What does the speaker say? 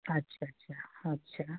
अच्छा अच्छा अच्छा